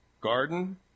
Garden